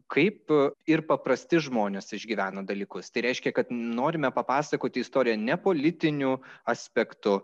kaip ir paprasti žmonės išgyvena dalykus tai reiškia kad norime papasakoti istoriją ne politiniu aspektu